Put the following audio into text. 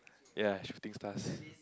ya shooting stars